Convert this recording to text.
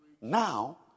Now